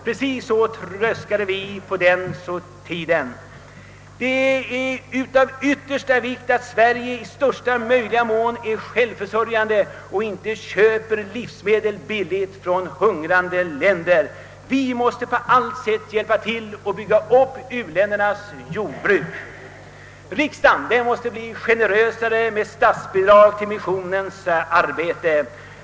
Det är av yttersta vikt att Sverige i största möjliga mån är självförsörjande och inte köper livsmedel billigt från hungrande länder. Vi måste på allt sätt hjälpa till att bygga upp u-ländernas jordbruk. Riksdagen måste bli generösare med statsbidrag till missionens arbete.